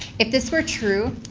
if this were true,